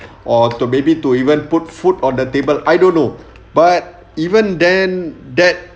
or to maybe to even put food on the table I don't know but even then that